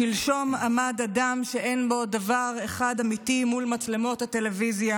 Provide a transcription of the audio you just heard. שלשום עמד מול מצלמות הטלוויזיה